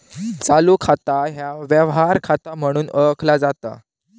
चालू खाता ह्या व्यवहार खाता म्हणून ओळखला जाता